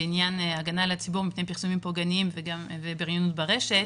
בעניין הגנה על הציבור מפני פרסומים פוגעניים ובריונות ברשת.